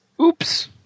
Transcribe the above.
Oops